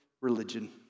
religion